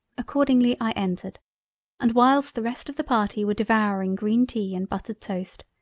accordingly i entered and whilst the rest of the party were devouring green tea and buttered toast,